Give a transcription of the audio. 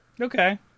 Okay